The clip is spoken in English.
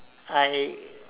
I